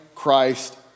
Christ